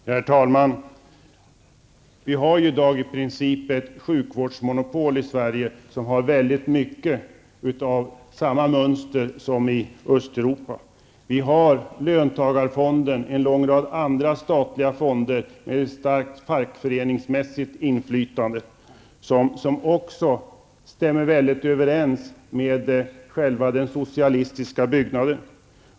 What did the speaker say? Herr talman! Vi har i dag i princip ett sjukvårdsmonopol i Sverige som har väldigt mycket av samma mönster som det som finns i Östeuropa. Vi har löntagarfonder och en lång rad andra statliga fonder med ett starkt fackföreningsmässigt inflytande som också stämmer mycket väl överens med själva den socialistiska uppbyggnaden.